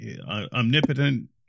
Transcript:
Omnipotent